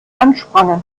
ansprangen